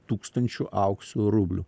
tūkstančių aukso rublių